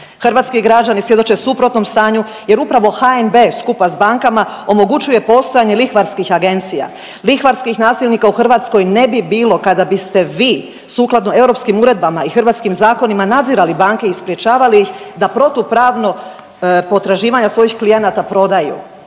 Hrvatski građani svjedoče suprotnom stanju jer upravo HNB skupa s bankama omogućuje postojanje lihvarskih agencija. Lihvarskih nasilnika u Hrvatskoj ne bi bilo kada biste vi sukladno europskim uredbama i hrvatskim zakonima nadzirali banke i sprječavali ih da protupravno potraživanja svojih klijenata prodaju.